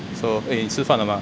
so eh 吃饭了吗